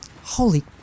Holy